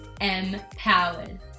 empowered